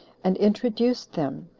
and introduced them,